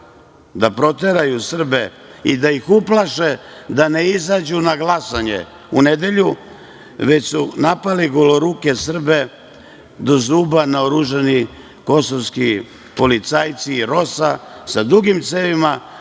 da proteraju Srbe i da ih uplaše da ne izađu na glasanje u nedelju, već su napali goloruke Srbe, do zuba naoružani kosovski policajci ROSU, sa dugim cevima,